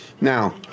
Now